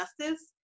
justice